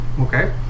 Okay